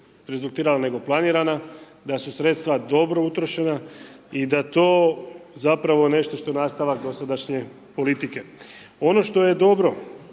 rezultirala nego planirana, da su sredstva dobro utrošena i da to, zapravo, nešto što je nastavak dosadašnje politike. Ono što je dobro,